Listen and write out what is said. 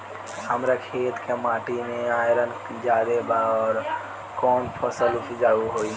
हमरा खेत के माटी मे आयरन जादे बा आउर कौन फसल उपजाऊ होइ?